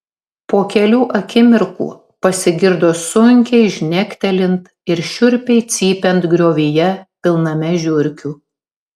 po kelių akimirkų pasigirdo sunkiai žnektelint ir šiurpiai cypiant griovyje pilname žiurkių